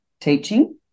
teaching